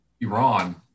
Iran